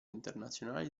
internazionale